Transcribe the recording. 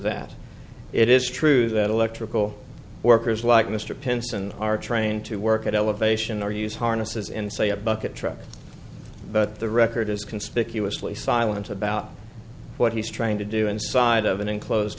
that it is true that electrical workers like mr pence and are trained to work at elevation or use harnesses in say a bucket truck but the record is conspicuously silent about what he's trying to do inside of an enclosed